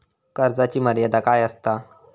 कर्जाची मर्यादा काय असता?